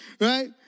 Right